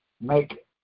make